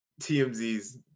TMZ's